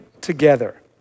together